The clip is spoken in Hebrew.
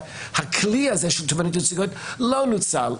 שהכלי הזה של תובענות ייצוגיות לא נוצל,